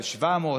על 700,